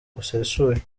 usesuye